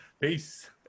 Peace